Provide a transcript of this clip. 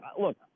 Look